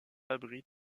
abritent